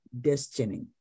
destiny